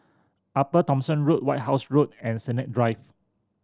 Upper Thomson Road White House Road and Sennett Drive